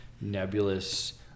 nebulous